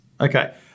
Okay